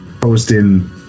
Posting